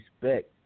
respect